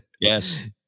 Yes